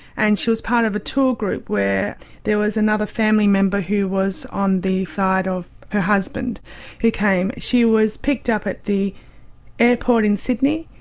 and she was part of a tour group, where there was another family member who was on the side of her husband who came. she was picked up at the airport in sydney,